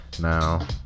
now